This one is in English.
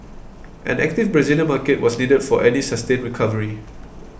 an active Brazilian market was needed for any sustained recovery